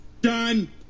done